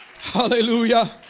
hallelujah